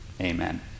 Amen